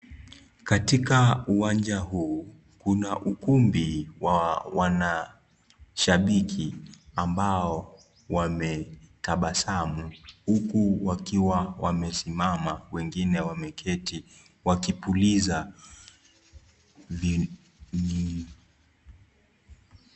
Katika uwanja huu kuna ukumbi wa wana shabiki ambao wametabasamu huku wakiwa wamesimama wengine wameketi wakipuliza virimbi.